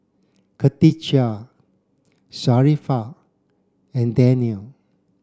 Katijah Sharifah and Danial